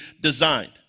designed